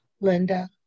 Linda